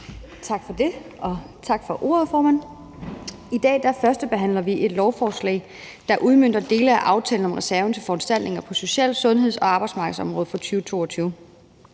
Tak for det, og tak for ordet, formand. I dag førstebehandler vi et lovforslag, der udmønter dele af aftalen om reserven til foranstaltninger på social-, sundheds- og arbejdsmarkedsområdet for 2022.